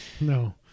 no